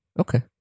okay